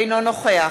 אינו נוכח